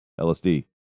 LSD